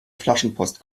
flaschenpost